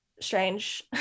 strange